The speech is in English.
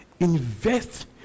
Invest